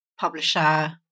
publisher